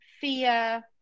fear